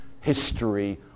history